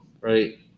right